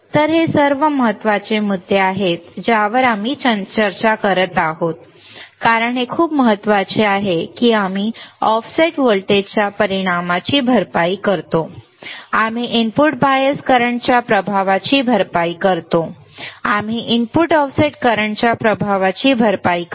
तर हे सर्व महत्वाचे मुद्दे आहेत ज्यावर आम्ही चर्चा करत आहोत कारण हे खूप महत्वाचे आहे की आम्ही ऑफसेट व्होल्टेजच्या परिणामाची भरपाई करतो आम्ही इनपुट बायस करंटच्या प्रभावाची भरपाई करतो आम्ही इनपुट ऑफसेट करंटच्या प्रभावाची भरपाई करतो